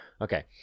okay